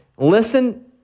Listen